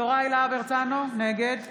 יוראי להב הרצנו, נגד